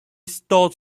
stud